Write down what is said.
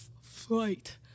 flight